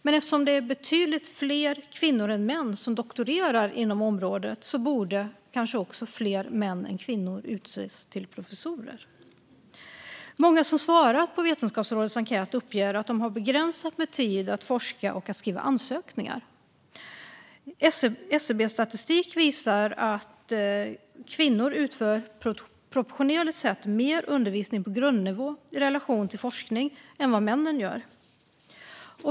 Men eftersom det är betydligt fler kvinnor än män som doktorerar inom området borde kanske också fler kvinnor än män utses till professorer. Många som har svarat på Vetenskapsrådets enkät uppger att de har begränsat med tid att forska och skriva ansökningar. SCB-statistik visar att kvinnor proportionellt sett utför mer undervisning på grundnivå i relation till forskning än vad männen gör.